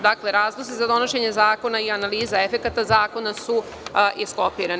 Dakle, razlozi za donošenje zakona i analiza efekata zakona su iskopirani.